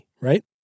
right